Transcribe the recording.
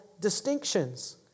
distinctions